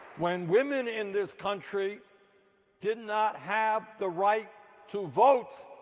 when women in this country did not have the right to vote,